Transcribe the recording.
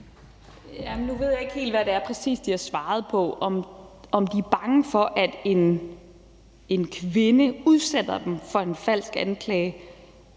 nu ved jeg ikke, hvad det helt præcis er, de har svaret på, altså om de er bange for, at en kvinde udsætter dem for en falsk anklage,